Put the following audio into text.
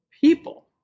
people